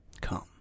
come